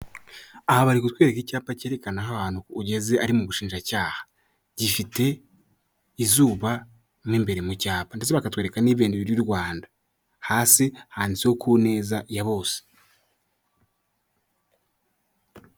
Aha bari gutwereka icyapa cyerekana ahantu ugeze ari mu bushinjacyaha. Gifite izuba n'imbere mu cyaha ndetse bakatwereka n' ibendera ry'u Rwanda. Hasi handitseho ku neza ya bose.